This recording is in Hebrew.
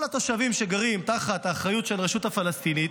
כל התושבים שגרים תחת אחריות הרשות הפלסטינית